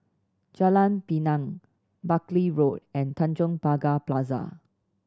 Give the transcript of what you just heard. Jalan Pinang Buckley Road and Tanjong Pagar Plaza